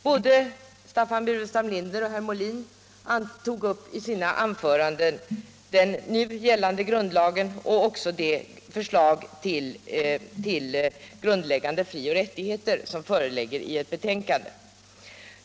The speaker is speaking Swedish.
Både herr Staffan Burenstam Linder och herr Molin tog i sina anföranden upp den nu gällande grundlagen och även det förslag till grundläggande frioch rättigheter som föreligger i ett betänkande.